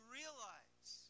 realize